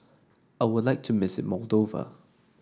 I would like to miss it Moldova